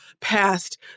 past